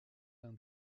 l’un